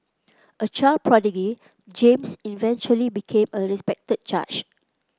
a child prodigy James eventually became a respected judge